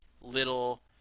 little